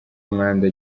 umwanda